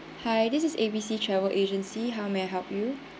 hi this is A_B_C travel agency how may I help you